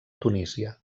tunísia